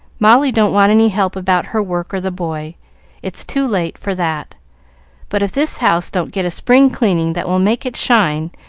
molly don't want any help about her work or the boy it's too late for that but if this house don't get a spring cleaning that will make it shine,